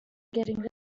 getting